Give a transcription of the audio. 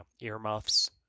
earmuffs